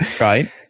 Right